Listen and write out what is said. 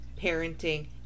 parenting